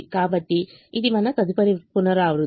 కాబట్టి ఇది మా తదుపరి పునరావృతం